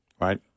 right